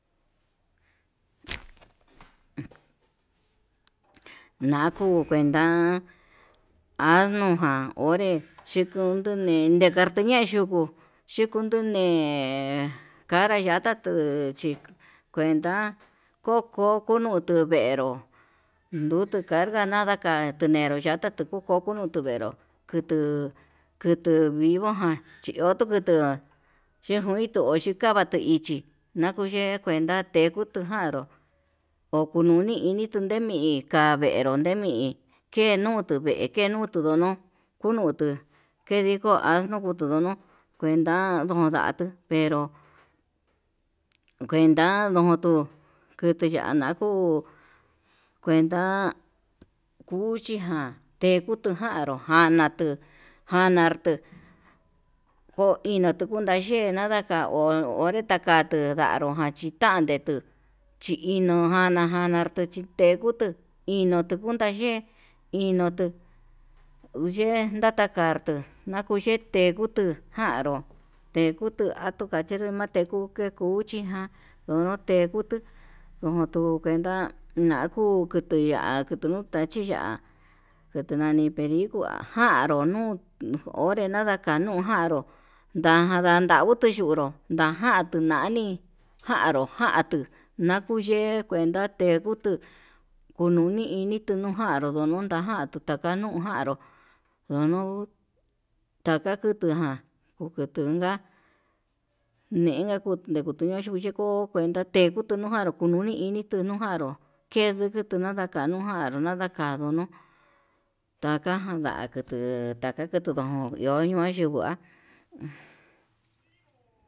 Nakuu kuneda asno ján onré chikundu ne'e nekartuñe yuku yukun ntune'e kanra yata tuu, chi kuenta koko kuu nutu venró nrutu carga nadaka nenro yata tukoko no'o tuvenró kutu, kutu vivo ján chí ho tu kutu yejun iin ko chí kava'a natuu ichi nakuye'e ndenda tekuu tuján, ndo oko nuni tuu nemi'í ikavernu ndemi, kenuu tuve'e kenuu tundono kunutu kendikua kunutunu kuenta ndundatuu venro kuenta ndón, kutu kutuu yana'a kuu kuenta kuchi ján tekuu tukutujaro njana tuu, jarnatuu kuinu kuenta nayee yenaka'o onre takatuu ndanrado chí, tandetuu chi ino jana jana artechekutu inuu tukundaye inutu ndaye ndata kartuu nakuye tekutu nanru ndekutu atuka yenre mate kuke cuchi ján donote kutuu ndujun kuenta nakuu tuku ya'a kutu nute, chiya'a kutu nani perikua ján ndonuu onre kanuu ndana janrú nada nau tuu yunruu ndajan nani, janruu jantuu nakuyee kuenta tukutu kununi ini tuu nujanrú kununta jantuta nganuu njanru ngonon taka kutuján ndukunda, nenkaku ndikutuñu xhekuu kuenta te'e ngutu nuján nuni ini tuu nunjaró kendukutu nakanu janro nana janro taka ndakutu taka ndakutu ndakutu ndo ñoi yungua.